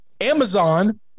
Amazon